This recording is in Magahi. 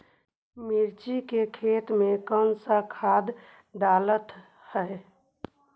मिर्ची के खेत में कौन सा खाद डालते हैं?